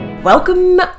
welcome